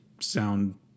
sound